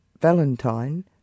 Valentine